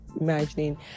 imagining